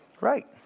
Right